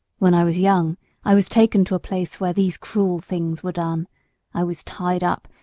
when i was young i was taken to a place where these cruel things were done i was tied up,